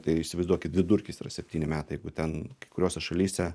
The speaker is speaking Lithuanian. tai įsivaizduokit vidurkis yra septyni metai jeigu ten kuriose šalyse